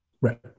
Right